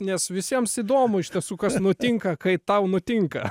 nes visiems įdomu iš tiesų kas nutinka kai tau nutinka